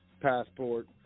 passport